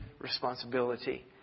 responsibility